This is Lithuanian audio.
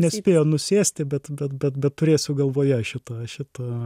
nespėjo nusėsti bet bet bet bet turėsiu galvoje šitą šitą